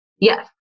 yes